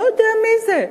לא יודע מי זה.